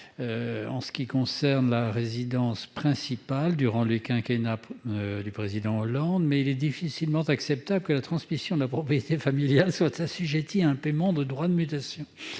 en ce qui concerne la résidence principale durant le quinquennat du président Hollande, mais il est difficilement acceptable que la transmission de la propriété familiale soit assujettie au paiement de droits de mutation